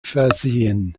versehen